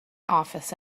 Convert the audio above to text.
office